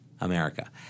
America